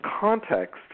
context